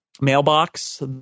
mailbox